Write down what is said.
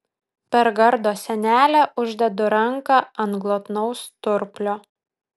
per gardo sienelę uždedu ranką ant glotnaus sturplio